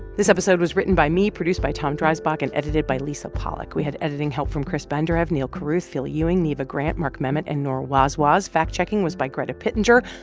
this episode was written by me, produced by tom dreisbach and edited by lisa pollak. we had editing help from chris benderev, neal carruth, phil ewing, neva grant, mark memmott and noor wazwaz. fact checking was by greta pittenger.